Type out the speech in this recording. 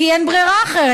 כי אין ברירה אחרת,